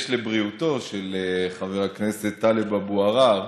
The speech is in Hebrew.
לבריאותו של חבר הכנסת טלב אבו עראר,